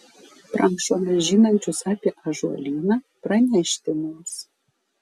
prašome žinančius apie ąžuolyną pranešti mums